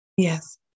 Yes